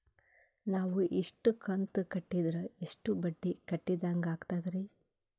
ನಾವು ಇಷ್ಟು ಕಂತು ಕಟ್ಟೀದ್ರ ಎಷ್ಟು ಬಡ್ಡೀ ಕಟ್ಟಿದಂಗಾಗ್ತದ್ರೀ?